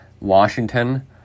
Washington